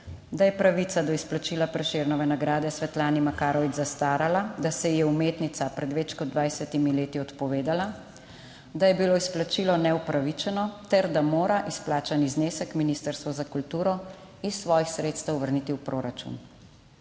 da je pravica do izplačila Prešernove nagrade Svetlani Makarovič zastarala, da se ji je umetnica pred več kot 20 leti odpovedala, da je bilo izplačilo neupravičeno ter da mora izplačani znesek Ministrstvo za kulturo iz svojih sredstev vrniti v proračun.